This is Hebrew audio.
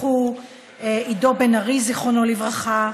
זיכרונו לברכה,